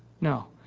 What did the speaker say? No